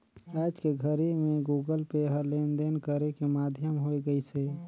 आयज के घरी मे गुगल पे ह लेन देन करे के माधियम होय गइसे